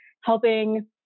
helping